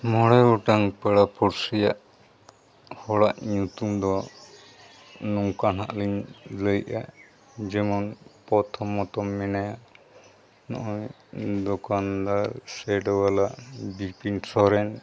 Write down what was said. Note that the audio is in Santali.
ᱢᱚᱬᱮ ᱜᱚᱴᱟᱝ ᱯᱮᱲᱟ ᱯᱩᱲᱥᱤᱭᱟᱜ ᱦᱚᱲᱟᱜ ᱧᱩᱛᱩᱢ ᱫᱚ ᱱᱚᱝᱠᱟ ᱱᱟᱦᱟᱜ ᱞᱤᱧ ᱞᱟᱹᱭᱮᱫᱼᱟ ᱡᱮᱢᱚᱱ ᱯᱨᱚᱛᱷᱚᱢᱚᱛᱚ ᱢᱮᱱᱟᱭᱟ ᱱᱚᱜᱼᱚᱭ ᱫᱳᱠᱟᱱᱫᱟᱨ ᱥᱮᱹᱰ ᱵᱟᱞᱟ ᱵᱤᱯᱤᱱ ᱥᱚᱨᱮᱱ